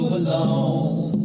alone